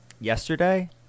yesterday